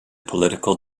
political